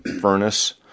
furnace